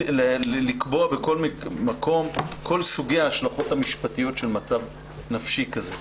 לקבוע בכל מקום את כל סוגי ההשלכות המשפטיות של מצב נפשי כזה,